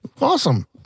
Awesome